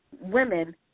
women